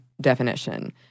definition